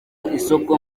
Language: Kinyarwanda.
isoko